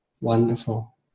Wonderful